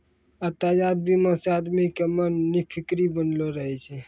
यातायात बीमा से आदमी के मन निफिकीर बनलो रहै छै